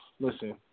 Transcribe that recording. listen